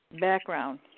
background